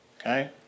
okay